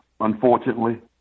unfortunately